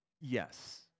Yes